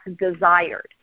desired